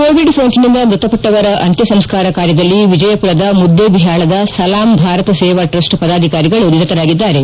Covid ಸೋಂಕಿನಿಂದ ಮೃತಪಟ್ಟವರ ಅಂತ್ಯ ಸಂಸ್ಕಾರ ಕಾರ್ಯದಲ್ಲಿ ವಿಜಯಪುರದ ಮುದ್ದೇಬಿಹಾಳದ ಸಲಾಂ ಭಾರತ್ ಸೇವಾ ಟ್ರಸ್ಟ್ ಪದಾಧಿಕಾರಿಗಳು ನಿರತರಾಗಿದ್ದಾರೆ